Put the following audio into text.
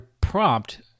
prompt